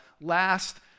last